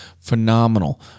phenomenal